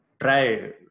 try